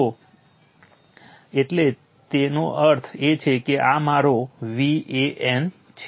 તો એટલે એનો અર્થ એ છે કે આ મારો Van છે